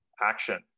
action